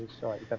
Sorry